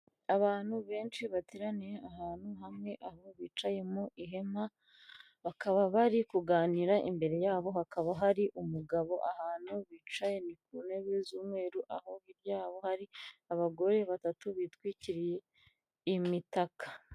Abantu benshi bateraniye ahantu hamwe aho bicaye mu ihema, bakaba bari kuganira imbere yabo hakaba hari umugabo ahantu bicaye ni ku ntebe z'umweru, aho hirya yabo hari abagore batatu bitwikiriye imitaka.